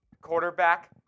quarterback